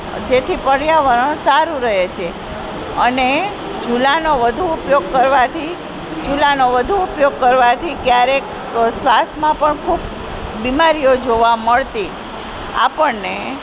જેથી પર્યાવરણ સારું રહે છે અને ચૂલાનો વધુ ઉપયોગ કરવાથી ચૂલાનો વધુ ઉપયોગ કરવાથી ક્યારેક શ્વાસમાં પણ ખૂબ બીમારીઓ જોવા મળતી આપણને